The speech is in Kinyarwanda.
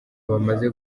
bamaze